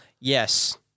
Yes